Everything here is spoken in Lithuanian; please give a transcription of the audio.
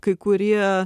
kai kurie